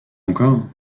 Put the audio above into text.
encore